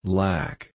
Black